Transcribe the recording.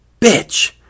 Bitch